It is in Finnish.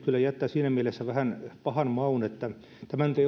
kyllä jättää siinä mielessä vähän pahan maun että tämä nyt ei ollut